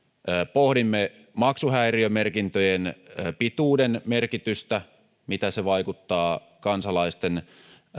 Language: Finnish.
pohdimme maksuhäiriömerkintöjen pituuden merkitystä mitä se vaikuttaa kansalaisten